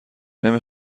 نمی